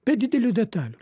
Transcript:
be didelių detalių